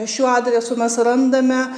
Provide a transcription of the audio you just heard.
šiuo adresu mes randame